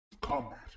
combat